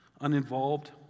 uninvolved